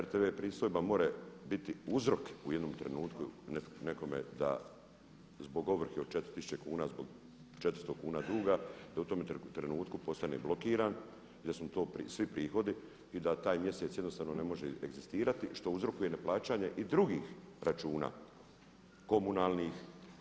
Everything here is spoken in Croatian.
RTV-a pristojba može biti uzrok u jednom trenutku nekome da zbog ovrhe od 4 tisuće kuna zbog 400 kuna duga da u tome trenutku postane blokiran i da su mu to svi prihodi i da taj mjesec jednostavno ne može egzistirati što uzrokuje neplaćanje i drugih računa komunalnih.